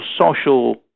social